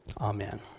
Amen